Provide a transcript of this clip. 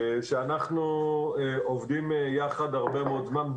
שאנחנו עובדים יחד הרבה מאוד זמן,